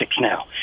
now